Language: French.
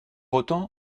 autant